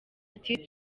ati